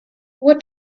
what